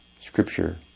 scripture